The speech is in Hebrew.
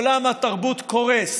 עולם התרבות קורס.